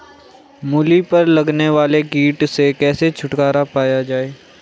मूली पर लगने वाले कीट से कैसे छुटकारा पाया जाये?